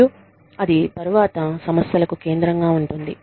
మరియు అది తర్వాత సమస్యలకు కేంద్రంగా ఉంటుంది